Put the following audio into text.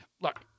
Look